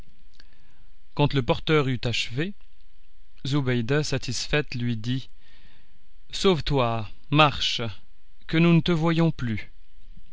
quand le porteur eut achevé zobéide satisfaite lui dit sauvetoi marche que nous ne te voyons plus